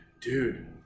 dude